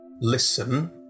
listen